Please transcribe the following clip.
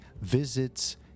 visits